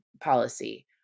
policy